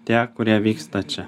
tie kurie vyksta čia